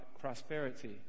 prosperity